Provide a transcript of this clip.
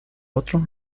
otro